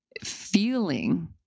feeling